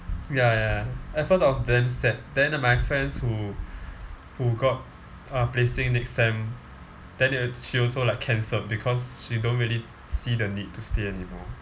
ya ya at first I was damn sad then my friends who who got uh placing next sem then they she also cancelled because she don't really see the need to stay anymore